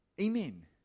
Amen